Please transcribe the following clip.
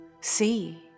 see